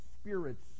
spirits